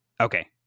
okay